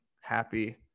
happy